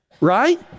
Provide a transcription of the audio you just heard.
Right